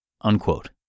unquote